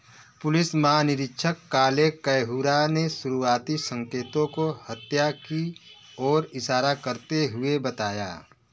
police महानिरीक्षक Kale Kayihura ने शुरुआती संकेतों को हत्या की ओर इशारा करते हुए बताया